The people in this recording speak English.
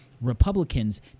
Republicans